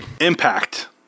Impact